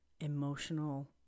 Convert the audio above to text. emotional